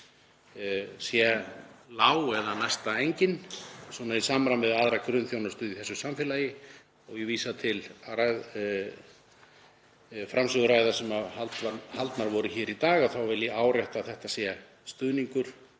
sé lág eða næsta engin, svona í samræmi við aðra grunnþjónustu í þessu samfélagi. Ég vísa til framsöguræðna sem haldnar voru hér í dag. Þá vil ég árétta að þetta er stuðningur